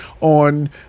on